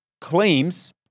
claims